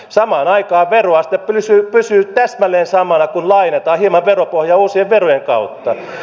samaan aikaan veroaste pysyy täsmälleen samana kun laajennetaan hieman veropohjaa uusien verojen kautta